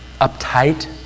uptight